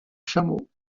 chameaux